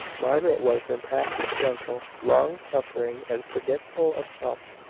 margaret was in practice gentle, long-suffering, and forgetful of self.